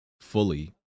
fully